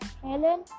Helen